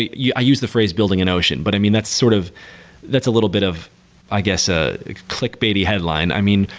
yeah i use the phrase building an ocean. but i mean that's sort of that's a little bit of i guess a clickbaity headline. i mean,